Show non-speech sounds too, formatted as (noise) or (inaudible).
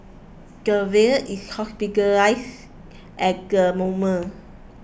the (unintelligible) is hospitalise at the moment